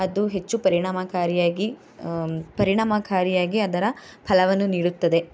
ಅದು ಹೆಚ್ಚು ಪರಿಣಾಮಕಾರಿಯಾಗಿ ಪರಿಣಾಮಕಾರಿಯಾಗಿ ಅದರ ಫಲವನ್ನು ನೀಡುತ್ತದೆ